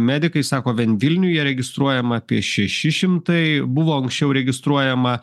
medikai sako vien vilniuje registruojama apie šeši šimtai buvo anksčiau registruojama